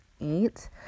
eight